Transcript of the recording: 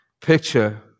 Picture